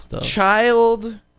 Child